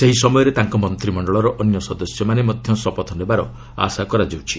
ସେହି ସମୟରେ ତାଙ୍କ ମନ୍ତ୍ରିମଣ୍ଡଳର ଅନ୍ୟ ସଦସ୍ୟମାନେ ମଧ୍ୟ ଶପଥ ନେବାର ଆଶା କରାଯାଉଛି